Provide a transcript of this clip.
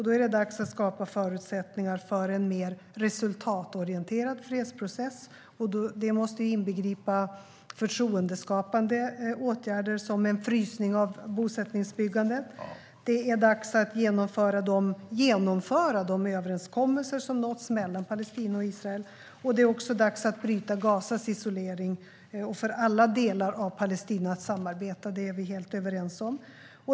Det är dags att skapa förutsättningar för en mer resultatorienterad fredsprocess, och detta måste inbegripa förtroendeskapande åtgärder, som en frysning av bosättningsbyggandet. Det är dags att genomföra de överenskommelser som nåtts mellan Palestina och Israel, och det är dags att bryta Gazas isolering och samarbeta för alla delar av Palestina. Det är vi helt överens om.